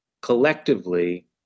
collectively